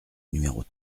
numéros